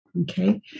Okay